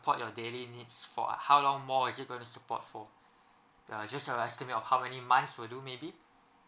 your daily needs for uh how long more is it gonna support for uh just have a estimate of how many months will do maybe